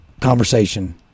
conversation